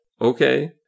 Okay